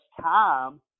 time